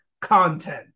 content